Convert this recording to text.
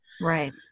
right